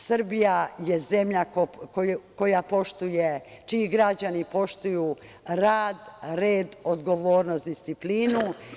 Srbija je zemlja koja čiji građani poštuju rad, red, odgovornost, disciplinu.